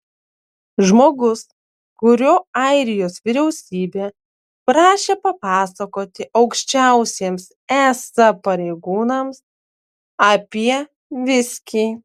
žmogus kurio airijos vyriausybė prašė papasakoti aukščiausiems es pareigūnams apie viskį